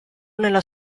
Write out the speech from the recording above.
nella